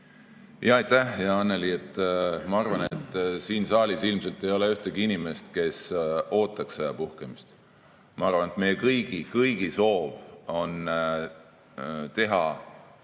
Aitäh, hea Annely! Ma arvan, et siin saalis ilmselt ei ole ühtegi inimest, kes ootaks sõja puhkemist. Ma arvan, et meie kõigi soov on teha